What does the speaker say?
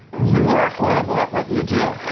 you are horrible at what you do.